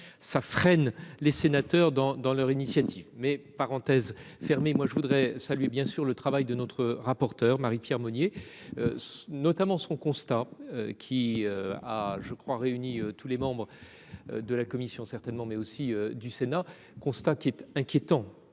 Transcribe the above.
ça freine les sénateurs dans dans leur initiative mais, parenthèse fermée. Moi je voudrais saluer bien sûr le travail de notre rapporteure Marie-Pierre Monnier. Notamment son constat. Qui a je crois réunis tous les membres. De la commission certainement mais aussi du Sénat. Constat qui est inquiétant.